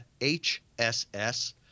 hss